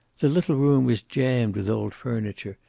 the little room was jammed with old furniture,